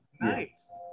nice